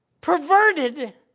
perverted